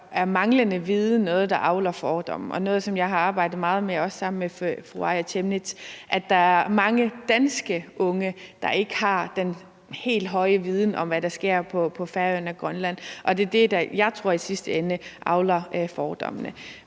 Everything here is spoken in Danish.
se er manglende viden noget, der avler fordomme, og noget, som jeg har arbejdet meget med, også sammen med fru Aaja Chemnitz. Der er mange danske unge, der ikke har den helt store viden om, hvad der sker på Færøerne og Grønland. Det er det, jeg tror der i sidste ende avler fordommene.